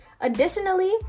Additionally